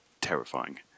terrifying